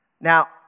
Now